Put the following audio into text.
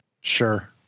Sure